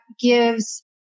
gives